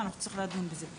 ואנחנו נצטרך לדון בזה.